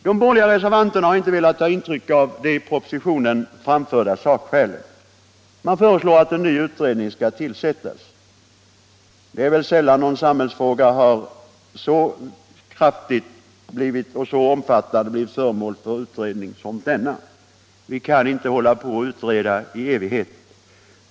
De borgerliga reservanterna har inte velat ta intryck av de i propositionen framförda sakskälen. Man föreslår att en ny utredning skall tillsättas. Det är väl sällan någon samhällsfråga har blivit föremål för så omfattande utredning som denna. Vi kan inte hålla på och utreda i evighet.